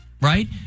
right